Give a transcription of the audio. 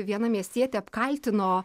viena miestietė apkaltino